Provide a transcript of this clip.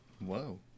Whoa